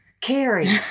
Carrie